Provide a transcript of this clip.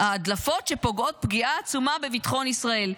ההדלפות שפוגעות פגיעה עצומה בביטחון ישראל?